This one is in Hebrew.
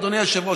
אדוני היושב-ראש,